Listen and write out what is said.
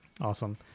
Awesome